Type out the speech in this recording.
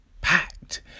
packed